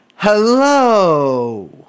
Hello